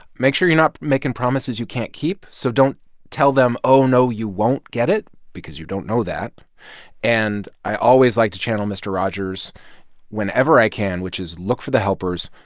make sure you're not making promises you can't keep. so don't tell them, oh, no, you won't get it, because you don't know that and i always like to channel mr. rogers whenever i can, which is look for the helpers.